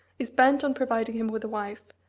is bent on providing him with a wife,